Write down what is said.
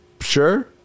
Sure